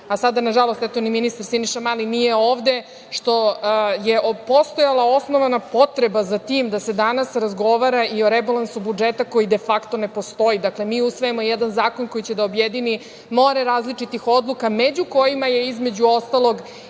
a sada na žalost eto ni ministar Siniša Mali nije ovde što je postojala osnovana potreba za tim da se danas razgovara i o rebalansu budžeta koji de fakto ne posti. Dakle, mi usvajamo jedan zakon koji će da objedini more različitih odluka među kojima su između ostalog